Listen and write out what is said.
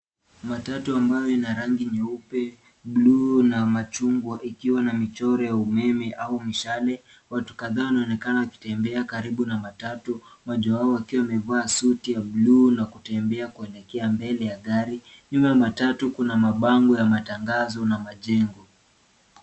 Matatu ambao ina rangi nyeupe , bluu na majungwa ikiwa na michoro ya umeme au mishale. Watu kadha wanaonekana wakitembea karibu na matatu mojawao akiwa amevaa suti ya bluu na kutembea kuelekea mbele ya gari. Nyuma ya matatu kuna mabango ya matangazo na majengo.